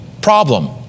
problem